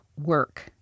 work